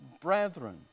brethren